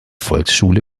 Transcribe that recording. volksschule